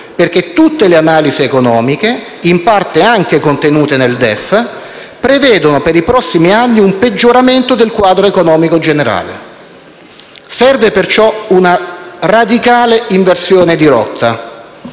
perché tutte le analisi economiche - in parte anche contenute nel DEF - prevedono per i prossimi anni un peggioramento del quadro economico generale. Serve perciò una radicale inversione di rotta.